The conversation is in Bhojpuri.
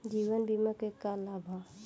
जीवन बीमा के का लाभ बा?